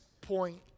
point